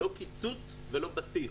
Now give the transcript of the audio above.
לא קיצוץ ולא בטיח.